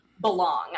belong